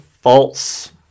false